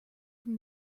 from